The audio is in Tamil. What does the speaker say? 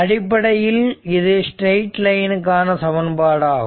அடிப்படையில் இது ஸ்ட்ரைட் லைன் கான சமன்பாடு ஆகும்